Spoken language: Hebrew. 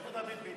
למה לא פנית?